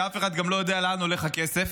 שאף אחד גם לא יודע לאן הולך הכסף?